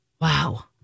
Wow